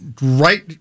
right